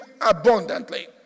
abundantly